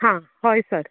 हां हय सर